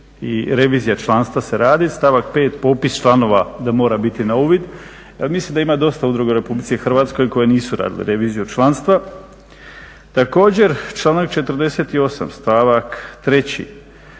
i revizija članstva se radi, stavak 5. popis članova da mora biti na uvid, mislim da ima dosta udruga u RH koje nisu radili reviziju članstva. Također, članak 48., stavak 3.,